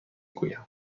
گویم